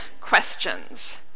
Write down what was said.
questions